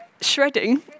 Shredding